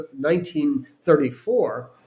1934